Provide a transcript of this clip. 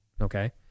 okay